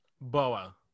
Boa